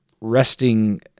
resting